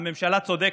הממשלה צודקת,